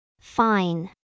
Fine